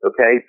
Okay